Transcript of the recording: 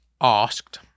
asked